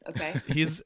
Okay